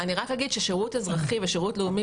אני רק אגיד ששירות אזרחי ושירות לאומי